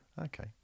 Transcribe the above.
okay